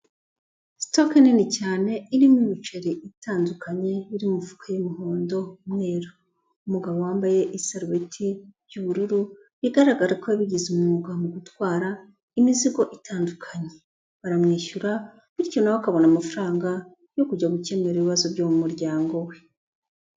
Sitoke nini cyane irimo imiceri itandukanye, iri mu mifuka y'umuhondo, umweru, umugabo wambaye isarubeti y'ubururu, bigaragara ko yabigize umwuga mu gutwara imizigo itandukanye. Baramwishyura bityo na we akabona amafaranga yo kujya gukemura ibibazo byo mu muryango we.